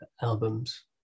albums